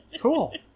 Cool